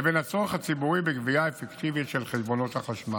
לבין הצורך הציבורי בגבייה אפקטיבית של חשבונות החשמל.